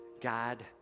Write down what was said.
God